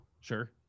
sure